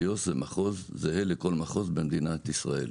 איו"ש זה מחוז אשר זהה לכל מחוז במדינת ישראל.